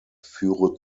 führe